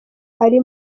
ari